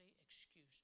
excuse